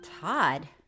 Todd